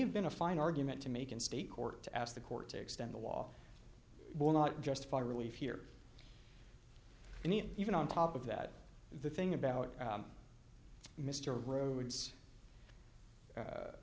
have been a fine argument to make in state court to ask the court to extend the law will not justify relief here and even on top of that the thing about mr rhodes